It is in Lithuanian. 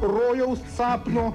rojaus sapno